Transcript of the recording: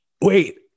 Wait